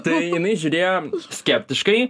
tai jinai žiūrėjo skeptiškai